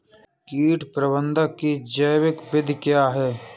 कीट प्रबंधक की जैविक विधि क्या है?